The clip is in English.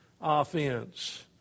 offense